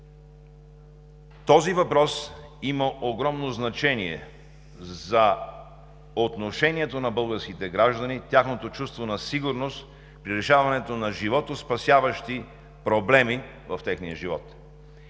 Този въпрос има огромно значение за отношението на българските граждани, тяхното чувство на сигурност при решаването на животоспасяващи проблеми в живота